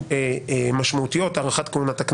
אני אומר לו: תגיד מה שאתה רוצה.